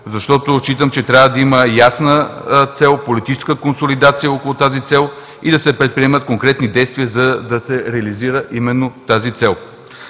защото считам, че трябва да има ясна цел, политическа консолидация около тази цел и да се предприемат конкретни действия, за да се реализира именно тази цел.